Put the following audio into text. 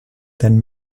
then